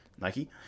Nike